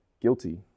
guilty